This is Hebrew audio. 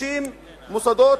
60 מוסדות.